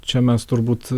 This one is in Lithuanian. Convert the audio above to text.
čia mes turbūt